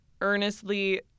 earnestly